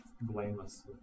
blameless